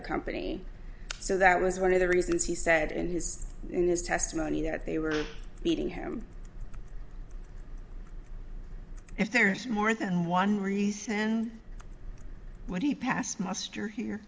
the company so that was one of the reasons he said in his in this testimony that they were beating him if there's more than one reason when he passed muster here